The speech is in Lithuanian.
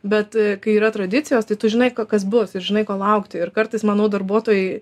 bet kai yra tradicijos tai tu žinai kas bus ir žinai ko laukti ir kartais manau darbuotojai